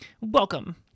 Welcome